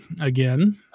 again